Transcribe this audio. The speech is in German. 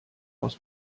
aus